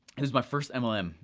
it was my first mlm,